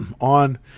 on